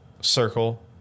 circle